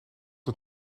het